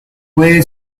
puede